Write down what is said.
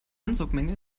ansaugmenge